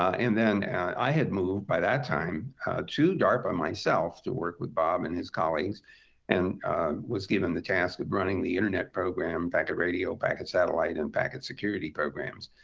and then i had moved by that time to darpa myself to work with bob and his colleagues and was given the task of running the internet program, packet radio, packet satellite, and packet security programs.